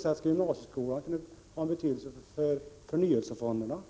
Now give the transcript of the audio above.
sätt kan gymnasieskolan ha betydelse för förnyelsefonderna?